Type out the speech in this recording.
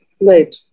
Right